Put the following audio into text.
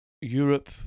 europe